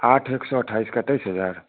आठ एक सौ अट्ठाईस का तेईस हज़ार